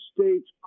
States